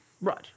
Right